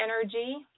energy